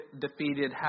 defeated